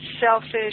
Selfish